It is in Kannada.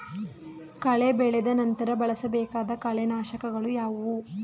ಕಳೆ ಬೆಳೆದ ನಂತರ ಬಳಸಬೇಕಾದ ಕಳೆನಾಶಕಗಳು ಯಾವುವು?